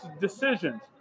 decisions